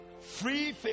free